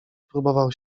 próbował